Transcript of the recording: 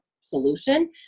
solution